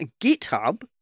GitHub